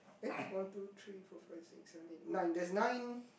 eh one two three four five six seven eight nine there is nine